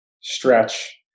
stretch